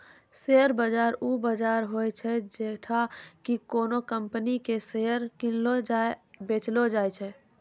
share बाजार उ बजार होय छै जैठां कि कोनो कंपनी के शेयर किनलो या बेचलो जाय छै